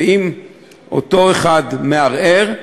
ואם אותו אחד מערער,